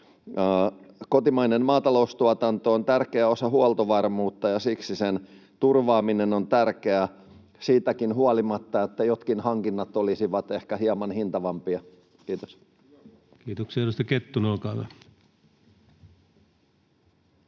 Kotimainen maataloustuotanto on tärkeä osa huoltovarmuutta, ja siksi sen turvaaminen on tärkeää siitäkin huolimatta, että jotkin hankinnat olisivat ehkä hieman hintavampia. — Kiitos. [Speech